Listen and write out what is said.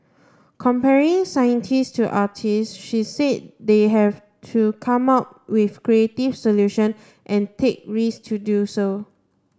comparing scientist to artist she said they have to come up with creative solution and take risk to do so